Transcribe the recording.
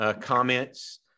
comments